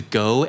go